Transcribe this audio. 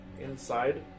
inside